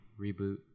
reboot